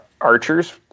archers